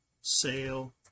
sale